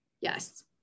yes